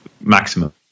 maximum